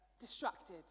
distracted